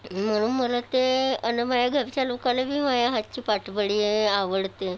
म्हणून मला ते आणि माझ्या घरच्या लोकाला बी माझ्या हातची पाटवडी ए आवडते